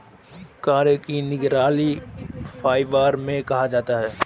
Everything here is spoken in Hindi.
कॉयर को नारियल फाइबर भी कहा जाता है